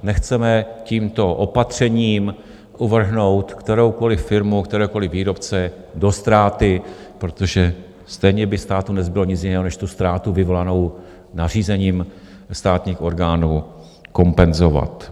Nechceme tímto opatřením uvrhnout kteroukoliv firmu, kteréhokoliv výrobce do ztráty, protože stejně by státu nezbylo nic jiného než tu ztrátu vyvolanou nařízením státních orgánů kompenzovat.